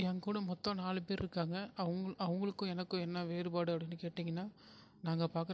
என் கூட மொத்தம் நாலு பேர் இருக்காங்கள் அவுங் அவங்களுக்கும் எனக்கும் என்ன வேறுபாடு அப்படீன்னு கேட்டீங்கன்னால் நாங்கள் பார்க்குற வேலையும்